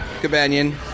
companion